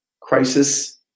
crisis